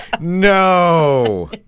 No